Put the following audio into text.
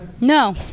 No